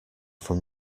from